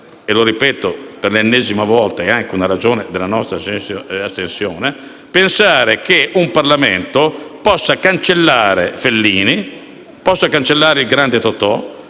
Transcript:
- lo ripeto per l'ennesima volta ed è una delle ragioni della nostra astensione - che un Parlamento possa cancellare Fellini, possa cancellare il grande Totò,